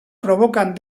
provocan